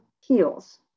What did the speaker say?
heals